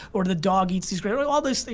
or the dog eats these grapes, all ah those things,